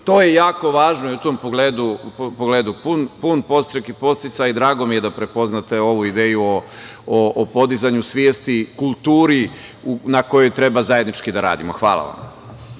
To je jako važno i u tom pogledu pun podstrek i podsticaj i drago mi je da prepoznate ovu ideju o podizanju svesti, kulturi na kojoj treba zajednički da radimo. Hvala vam.